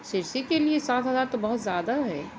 سرسی کے لیے سات ہزار تو بہت زیادہ ہے